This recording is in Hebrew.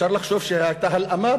אפשר לחשוב שהייתה הלאמה,